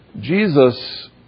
Jesus